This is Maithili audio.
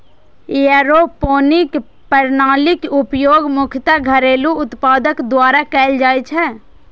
एयरोपोनिक प्रणालीक उपयोग मुख्यतः घरेलू उत्पादक द्वारा कैल जाइ छै